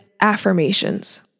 affirmations